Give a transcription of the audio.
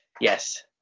Yes